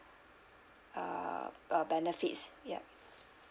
uh uh benefits yup